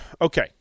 Okay